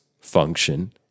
function